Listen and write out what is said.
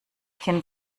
kind